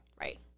Right